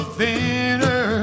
thinner